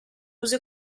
uso